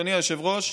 אדוני היושב-ראש.